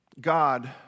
God